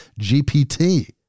GPT